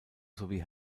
sowie